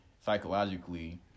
psychologically